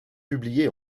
publiée